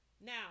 Now